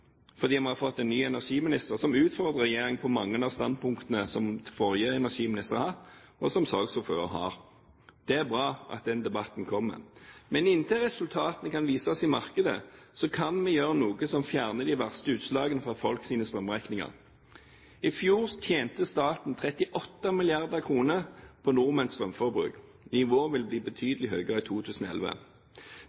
fordi vi har fått en ny energiminister som utfordrer regjeringen på mange av standpunktene som den forrige energiminister hadde, og som saksordføreren har. Det er bra at den debatten kommer. Men inntil resultatene kan vises i markedet, kan vi gjøre noe som fjerner de verste utslagene på folks strømregninger. I fjor tjente staten 38 mrd. kr på nordmenns strømforbruk. Nivået vil bli